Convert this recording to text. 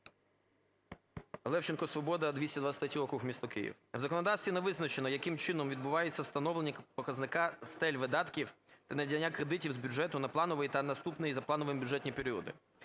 Левченко, "Свобода", 223 округ, місто Київ. В законодавстві не визначено, яким чином відбувається встановлення показника стель видатків та надання кредитів з бюджету на плановий та наступний за плановим бюджетні періоди.